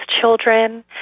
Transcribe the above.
children